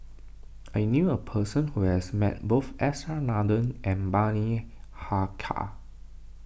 I knew a person who has met both S R Nathan and Bani Haykal